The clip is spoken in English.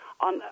on